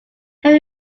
have